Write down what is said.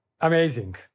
Amazing